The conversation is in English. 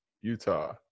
Utah